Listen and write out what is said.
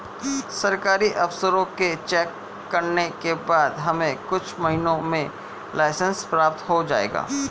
सरकारी अफसरों के चेक करने के बाद हमें कुछ महीनों में लाइसेंस प्राप्त हो जाएगा